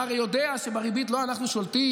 אתה הרי יודע שבריבית לא אנחנו שולטים,